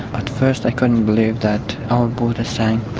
at first i couldn't believe that our boat has sank.